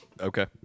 okay